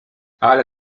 ale